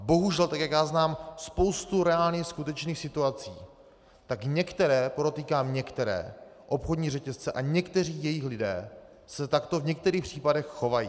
Bohužel, jak já znám spoustu reálných skutečných situací, tak některé podotýkám některé obchodní řetězce a někteří jejich lidé se takto v některých případech chovají.